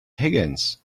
higgins